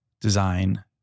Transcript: design